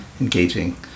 engaging